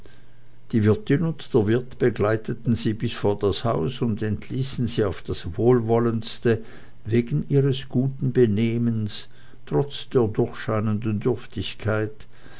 die wirtin und der wirt begleiteten sie bis vor das haus und entließen sie auf das wohlwollendste wegen ihres guten benehmens trotz der durchscheinenden dürftigkeit